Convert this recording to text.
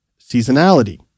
seasonality